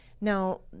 Now